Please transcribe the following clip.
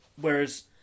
Whereas